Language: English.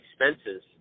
expenses